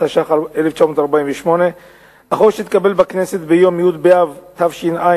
התש"ח 1948. החוק שהתקבל בכנסת ביום י' באב התש"ע,